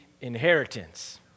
inheritance